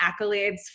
accolades